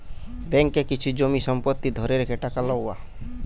ব্যাঙ্ককে কিছু জমি সম্পত্তি ধরে রেখে টাকা লওয়া